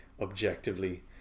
objectively